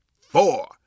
four